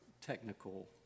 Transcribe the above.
technical